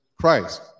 Christ